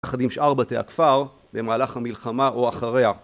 יחד עם שאר בתי הכפר במהלך המלחמה או אחריה.